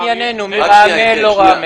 ב-17:30.